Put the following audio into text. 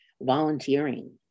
volunteering